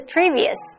Previous